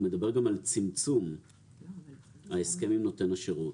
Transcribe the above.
מדבר על צמצום ההסכם עם נותן השירות.